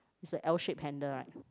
is a L shape handle right